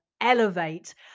elevate